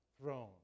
throne